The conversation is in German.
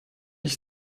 ich